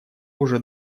уже